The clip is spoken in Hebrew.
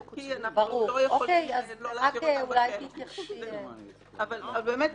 אנחנו לא יכולים לא להשאיר אותם בכלא אבל באמת,